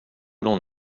l’on